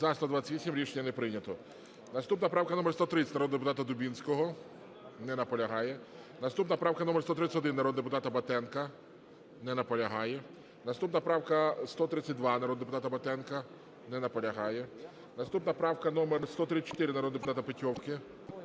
За-128 Рішення не прийнято. Наступна правка - номер 130, народного депутата Дубінського. Не наполягає. Наступна правка - номер 131, народного депутата Батенка. Не наполягає. Наступна правка - номер 132, народного депутата Батенка. Не наполягає. Наступна правка - номер 134, народного депутата Петьовки.